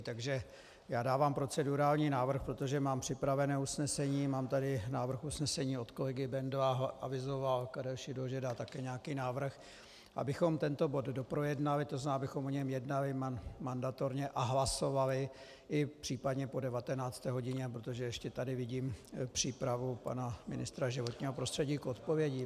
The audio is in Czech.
Takže dávám procedurální návrh, protože mám připravené usnesení a mám tady návrh usnesení od kolegy Bendla, avizoval Karel Šidlo, že dá také nějaký návrh, abychom tento bod doprojednali, to znamená, abychom o něm jednali mandatorně a hlasovali i případně po 19. hodině, protože tady ještě vidím přípravu pana ministra životního prostředí k odpovědím.